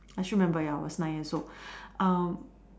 I still remember ya I was nine years old um